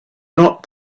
not